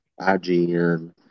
IGN